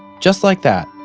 just like that,